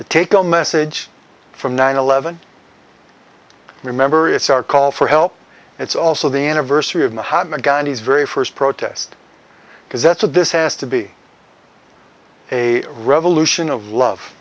to take a message from nine eleven remember it's our call for help it's also the anniversary of mahatma gandhi's very first protest because that's what this has to be a revolution of love